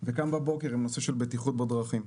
וקם בבוקר עם נושא הבטיחות בדרכים.